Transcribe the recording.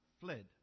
fled